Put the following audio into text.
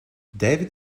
david